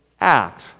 act